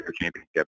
Championship